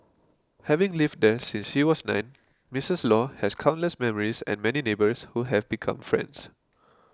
having lived there since she was nine Missus Law has countless memories and many neighbours who have become friends